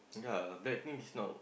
yea bad thing is not